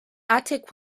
attic